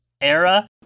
era